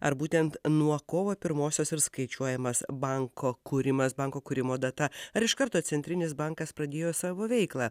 ar būtent nuo kovo pirmosios ir skaičiuojamas banko kūrimas banko kūrimo data ar iš karto centrinis bankas pradėjo savo veiklą